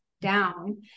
down